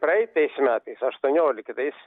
praeitais metais aštuonioliktais